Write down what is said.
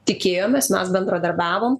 tikėjomės mes bendradarbiavom